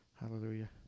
Hallelujah